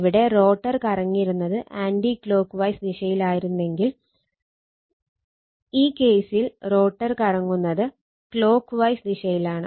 ഇവിടെ റോട്ടർ കറങ്ങിയിരുന്നത് anticlockwise ദിശയിലായിരുന്നെങ്കിൽ ഈ കേസിൽ റോട്ടർ കറങ്ങുന്നത് ക്ളോക്ക് വൈസ് ദിശയിലാണ്